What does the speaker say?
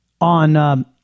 on